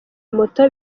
moto